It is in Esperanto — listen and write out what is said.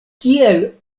kiel